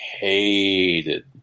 hated